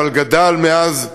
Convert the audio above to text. אבל גדל מאז בהתיישבות,